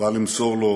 הוא בא למסור לו